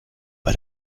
bei